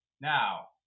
Now